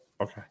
Okay